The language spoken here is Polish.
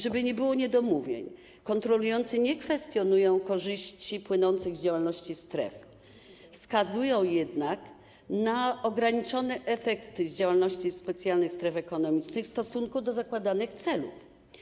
Żeby nie było niedomówień: kontrolujący nie kwestionują korzyści płynących z działalności stref, wskazują jednak na ograniczone efekty działalności specjalnych stref ekonomicznych w stosunku do zakładanych celów.